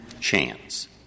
chance